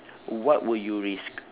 what will you risk